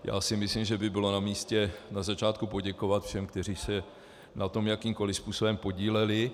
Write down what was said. Já si myslím, že by bylo namístě na začátku poděkovat všem, kteří se na tom jakýmkoli způsobem podíleli.